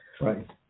Right